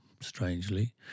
strangely